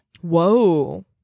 Whoa